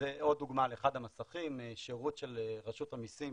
זו עוד דוגמה לאחד המסכים, שירות של רשות המסים.